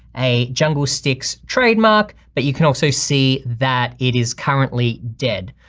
a jungle sticks trademark, but you can also see that it is currently dead.